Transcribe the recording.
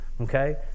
okay